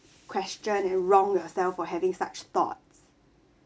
question and wrong yourself for having such thoughts